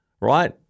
Right